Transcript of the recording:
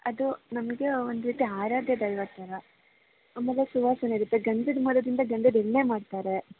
ಅದು ನಮಗೆ ಒಂದು ರೀತಿ ಆರಾಧ್ಯದೈವದ ಥರ ಆಮೇಲೆ ಸುವಾಸನೆ ಇರುತ್ತೆ ಗಂಧದ ಮರದಿಂದ ಗಂಧದ ಎಣ್ಣೆ ಮಾಡ್ತಾರೆ